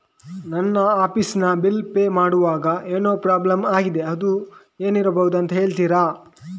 ನನ್ನ ಆಫೀಸ್ ನ bill pay ಮಾಡ್ವಾಗ ಏನೋ ಪ್ರಾಬ್ಲಮ್ ಆಗಿದೆ ಅದು ಏನಿರಬಹುದು ಅಂತ ಹೇಳ್ತೀರಾ?